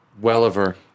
Welliver